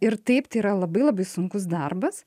ir taip tai yra labai labai sunkus darbas